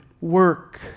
work